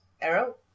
Arrow